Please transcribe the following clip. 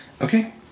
Okay